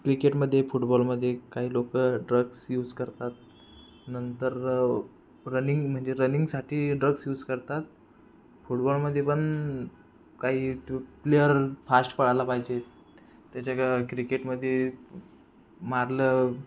क्रिकेटमध्ये फुटबॉलमध्ये काही लोक ड्रग्स यूज करतात नंतर रनिंग म्हणजे रनिंग रनिंगसाठी ड्रग्स यूज करतात फुटबॉलमध्ये पण काही प्लेअर फास्ट पळायला पाहिजेत त्याच्या कर क्रिकेटमध्ये मारलं